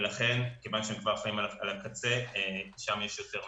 מכיוון שהם כבר חיים על הקצה - שם יש יותר מצוקה.